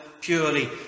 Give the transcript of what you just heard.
purely